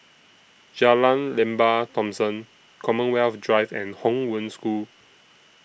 Jalan Lembah Thomson Commonwealth Drive and Hong Wen School